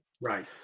Right